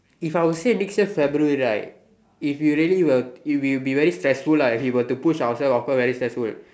if I would say next year February right if you really were you will be very stressful lah if we were to push ourselves of course very stressful